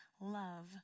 love